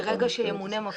כן.